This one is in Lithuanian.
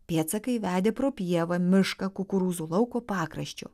pėdsakai vedė pro pievą mišką kukurūzų lauko pakraščiu